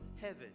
heaven